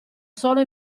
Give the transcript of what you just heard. solo